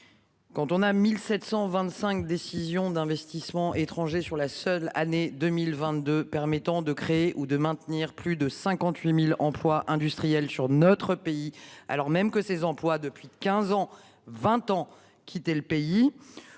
Quand on a 1725 décisions d'investissements étrangers sur la seule année 2022, permettant de créer ou de maintenir plus de 58.000 emplois industriels sur notre pays alors même que ses employes depuis 15 ans, 20 ans, quitter le pays.